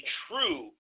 true